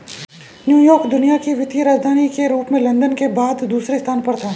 New York दुनिया की वित्तीय राजधानी के रूप में लंदन के बाद दूसरे स्थान पर था